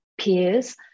peers